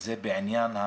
זה בעניין,